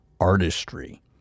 artistry